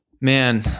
Man